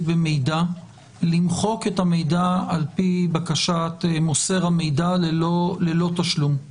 במידע למחוק את המידע על פי בקשת מוסר המידע ללא תשלום?